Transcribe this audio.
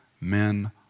men